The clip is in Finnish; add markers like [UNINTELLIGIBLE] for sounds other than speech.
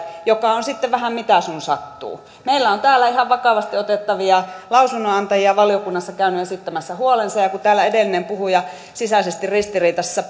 joka on sitten vähän mitä sun sattuu meillä valiokunnassa on ihan vakavasti otettavia lausunnonantajia käynyt esittämässä huolensa ja kun täällä edellinen puhuja sisäisesti ristiriitaisessa [UNINTELLIGIBLE]